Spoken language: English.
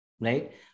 right